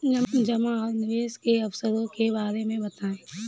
जमा और निवेश के अवसरों के बारे में बताएँ?